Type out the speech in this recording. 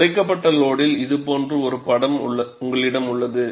குறைக்கப்பட்ட லோடில் இது போன்ற ஒரு படம் உங்களிடம் உள்ளது